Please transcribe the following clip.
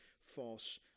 false